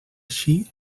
així